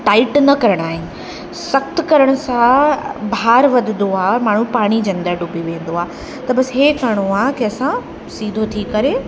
tight न करिणा आहिनि सख़्तु करण सां भार वधंदो आहे माण्हू पाणीअ जे अंदरि ॾुबी वेंदो आहे त बसि इहे करिणो आहे कि असां सीधो थी करे